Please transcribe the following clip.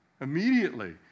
immediately